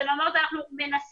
אז אני אומרת שאנחנו מנסים,